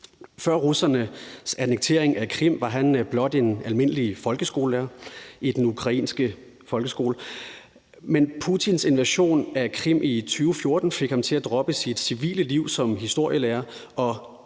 Før russernes annektering af Krim var han blot en almindelig folkeskolelærer i den ukrainske folkeskole, men Putins invasion af Krim i 2014 fik ham til at droppe sit civile liv som historielærer